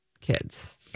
kids